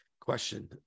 Question